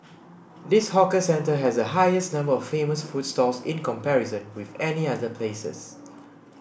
this hawker centre has the highest number of famous food stalls in comparison with any other places